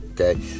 Okay